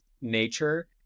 nature